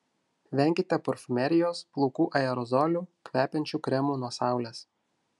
venkite parfumerijos plaukų aerozolių kvepiančių kremų nuo saulės